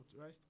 right